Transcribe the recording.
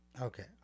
Okay